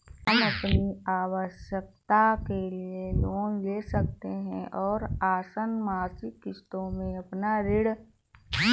हम अपनी आवश्कता के लिए लोन ले सकते है और आसन मासिक किश्तों में अपना ऋण चुका सकते है